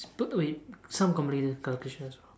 simple wait some complicated calculation as well